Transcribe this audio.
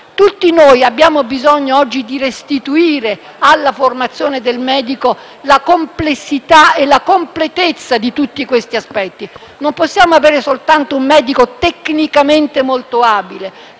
Tutti noi abbiamo bisogno oggi di restituire alla formazione del medico la complessità e la completezza di tutti questi aspetti. Non possiamo avere soltanto un medico tecnicamente molto abile,